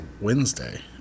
Wednesday